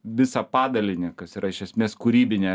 visą padalinį kas yra iš esmės kūrybinė